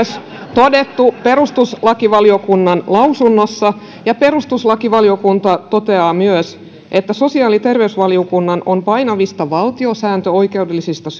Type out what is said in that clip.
todettu myös perustuslakivaliokunnan lausunnossa ja perustuslakivaliokunta toteaa myös että sosiaali ja terveysvaliokunnan on painavista valtiosääntöoikeudellisista